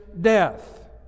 death